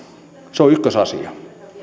se on ykkösasia